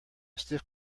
stiff